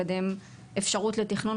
לקדם אפשרות לתכנון,